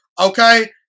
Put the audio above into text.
okay